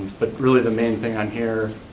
but really the main thing on here,